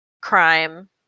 crime